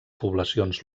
poblacions